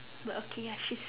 but okay ya she's